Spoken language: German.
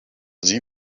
sie